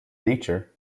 nature